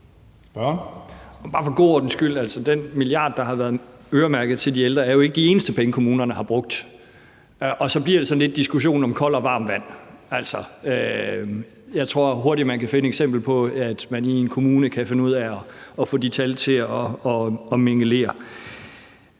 den milliard kroner, der har været øremærket til de ældre, jo ikke er de eneste penge, kommunerne har brugt. Og så bliver det sådan lidt som diskussionen om koldt og varmt vand. Altså, jeg tror hurtigt, man kan finde et eksempel på, at man i en kommune kan finde ud af at mingelere